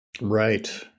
Right